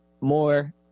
more